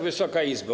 Wysoka Izbo!